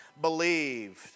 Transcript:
believed